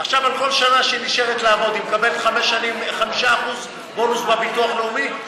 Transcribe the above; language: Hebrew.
על כל שנה שהיא נשארת לעבוד היא מקבלת 5% בונוס בביטוח הלאומי,